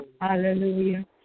Hallelujah